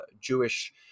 Jewish